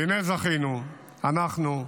והינה זכינו אנחנו,